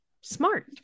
Smart